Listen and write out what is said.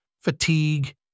fatigue